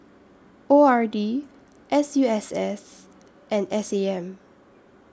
O R D S U S S and S A M